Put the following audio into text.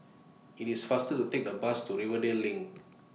IT IS faster to Take The Bus to Rivervale LINK